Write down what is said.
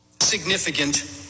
significant